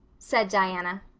said diana.